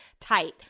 tight